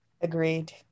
Agreed